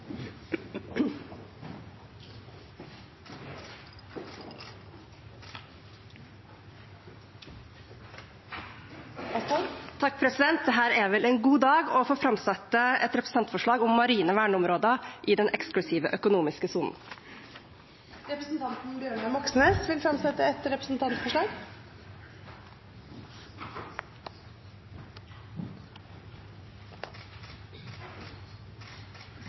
en god dag å få framsette et representantforslag om marine verneområder i den eksklusive økonomiske sonen. Representanten Bjørnar Moxnes vil fremsette et representantforslag.